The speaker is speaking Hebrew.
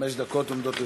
חמש דקות עומדות לרשותך.